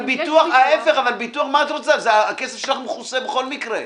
נכון, אבל מה את רוצה הכסף שלך מכוסה בכל מקרה.